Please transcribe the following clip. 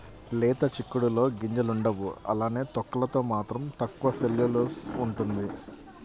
లేత చిక్కుడులో గింజలుండవు అలానే తొక్కలలో మాత్రం తక్కువ సెల్యులోస్ ఉంటుంది